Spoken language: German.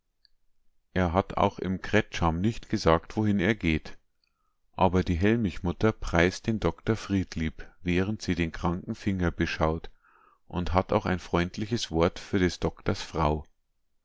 er hat auch im kretscham nicht gesagt wohin er geht aber die hellmichmutter preist den doktor friedlieb während sie den kranken finger beschaut und hat auch ein freundliches wort für des doktors frau